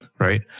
Right